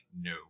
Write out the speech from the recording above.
no